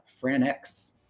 FranX